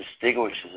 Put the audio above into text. distinguishes